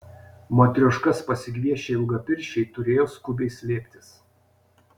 matrioškas pasigviešę ilgapirščiai turėjo skubiai slėptis